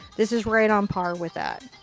this is right on par with that.